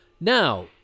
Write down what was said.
Now